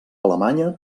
alemanya